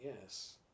yes